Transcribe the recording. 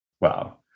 Wow